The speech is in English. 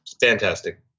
fantastic